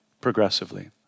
Progressively